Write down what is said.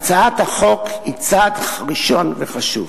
"הצעת החוק היא צעד ראשון וחשוב".